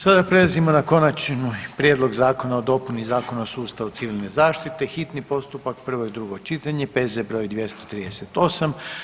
Sada prelazimo na: - Konačni prijedlog Zakona o dopuni Zakona o sustavu civilne zaštite, hitni postupak, prvo i drugo čitanje, P.Z. br. 238.